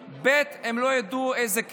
לא ידעו איך מטפלים בזה, ב.